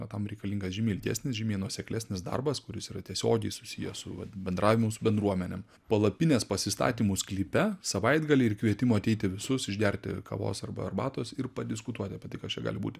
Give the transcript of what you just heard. o tam reikalingas žymiai ilgesnis žymiai nuoseklesnis darbas kuris yra tiesiogiai susijęs su vat bendravimu su bendruomenėm palapinės pasistatymu sklype savaitgalį ir kvietimu ateiti visus išgerti kavos arba arbatos ir padiskutuoti apie tai kas čia gali būti